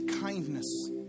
kindness